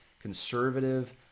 conservative